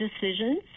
decisions